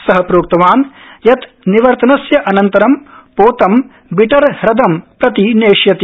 सः प्रोक्तवान् यत् निवर्तनस्य अनन्तरं पोतं बिटर ह्रदंप्रति नेष्यति